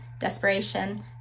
desperation